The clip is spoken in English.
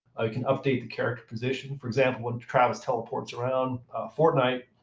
can update the character position. for example, when travis teleports around fortnite,